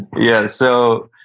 yeah. so,